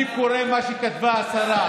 אני קורא מה שכתבה השרה,